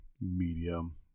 medium